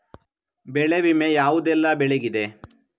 ಬೆಳೆ ವಿಮೆ ಯಾವುದೆಲ್ಲ ಬೆಳೆಗಿದೆ?